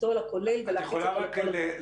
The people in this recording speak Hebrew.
התו"ל הכולל ולהפיץ אותו לכל הגופים.